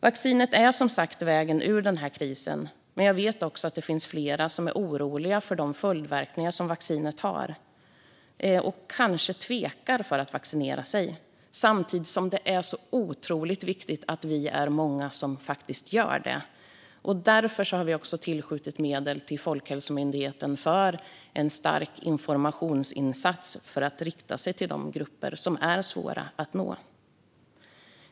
Vaccinet är som sagt vägen ur den här krisen. Men jag vet också att det finns flera som är oroliga för de följdverkningar som vaccinet har och som kanske tvekar om att vaccinera sig. Samtidigt är det otroligt viktigt att vi är många som faktiskt gör det. Därför har vi också tillskjutit medel till Folkhälsomyndigheten för en stark informationsinsats som ska riktas till de grupper som är svåra att nå.